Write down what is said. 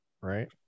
right